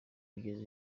kugeza